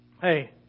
Hey